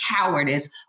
cowardice